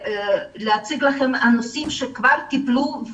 הנושאים שכבר טופלו,